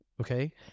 Okay